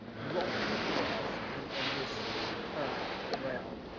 won't work for us and in this current realm.